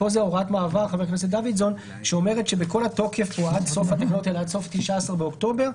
הוראת מעבר שאומרת שכל התוקף הוא עד 19 באוקטובר.